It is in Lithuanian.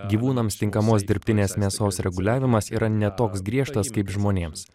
gyvūnams tinkamos dirbtinės mėsos reguliavimas yra ne toks griežtas kaip žmonėms